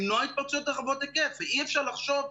למנוע התפרצויות רחבות-היקף ואי אפשר לחשוב,